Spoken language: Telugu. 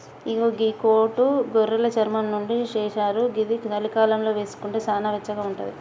ఇగో గీ కోటు గొర్రెలు చర్మం నుండి చేశారు ఇది చలికాలంలో వేసుకుంటే సానా వెచ్చగా ఉంటది